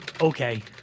Okay